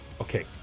Okay